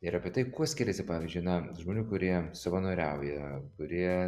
ir apie tai kuo skiriasi pavyzdžiui na žmonių kurie savanoriauja kurie